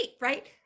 Right